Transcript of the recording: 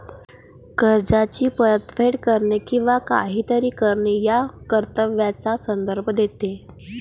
कर्जाची परतफेड करणे किंवा काहीतरी करणे या कर्तव्याचा संदर्भ देते